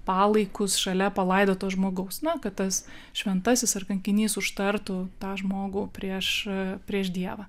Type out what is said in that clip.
palaikus šalia palaidoto žmogaus na kad tas šventasis ar kankinys užtartų tą žmogų prieš prieš dievą